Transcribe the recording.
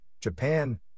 Japan